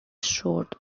short